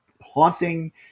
haunting